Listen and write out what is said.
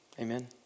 Amen